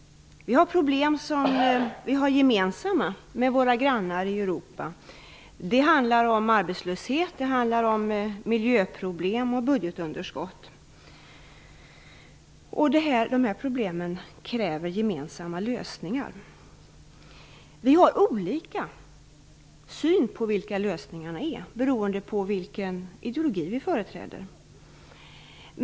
Våra problem har vi gemensamt med våra grannar i Europa. Det handlar om arbetslöshet, det handlar om miljöproblem och om budgetunderskott. De här problemen kräver gemensamma lösningar. Men vi har olika syn på vilka lösningarna är beroende på vilken ideologi vi företräder.